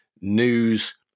news